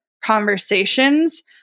conversations